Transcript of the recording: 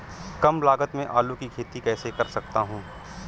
कम लागत में आलू की खेती कैसे कर सकता हूँ?